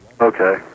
okay